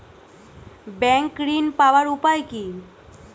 Bank ঋণ পাওয়ার উপায় কি?